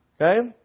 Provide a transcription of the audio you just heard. Okay